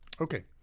Okay